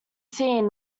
seen